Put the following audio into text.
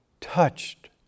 touched